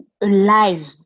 alive